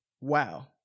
Wow